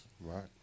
Right